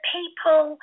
people